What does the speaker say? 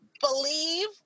believe